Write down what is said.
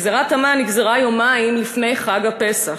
גזירת המן נגזרה יומיים לפני חג הפסח.